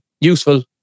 useful